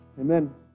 Amen